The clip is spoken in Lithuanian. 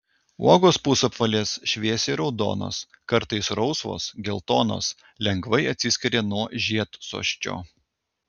uogos pusapvalės šviesiai raudonos kartais rausvos geltonos lengvai atsiskiria nuo žiedsosčio